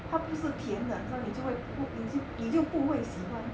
它不是甜的很像那你就会不不你就你就不会喜欢